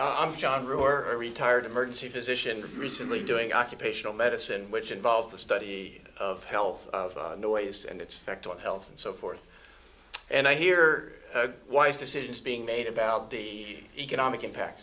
yes i'm john rouer a retired emergency physician recently doing occupational medicine which involves the study of health of noise and its effect on health and so forth and i hear a wise decisions being made about the economic impact